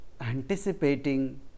anticipating